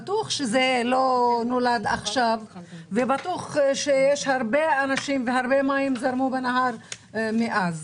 בטוח שזה לא נולד עכשיו ובטוח שיש הרבה אנשים והרבה מים זרמו בנהר מאז.